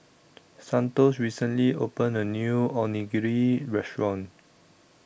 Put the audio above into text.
Santos recently opened A New Onigiri Restaurant